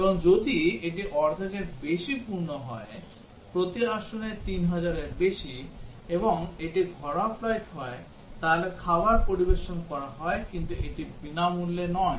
এবং যদি এটি অর্ধেকের বেশি পূর্ণ হয় প্রতি আসনে 3000 এর বেশি এবং এটি ঘরোয়া ফ্লাইট হয় তাহলে খাবার পরিবেশন করা হয় কিন্তু এটি বিনামূল্যে নয়